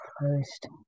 first